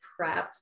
prepped